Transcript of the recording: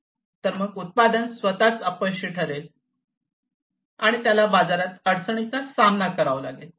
तर मग उत्पादन स्वतःच अपयशी ठरेल आणि त्याला बाजारात अडचणीचा सामना करावा लागेल